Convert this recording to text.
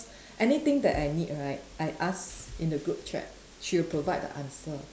anything that I need right I ask in the group chat she will provide the answer